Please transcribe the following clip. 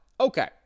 Okay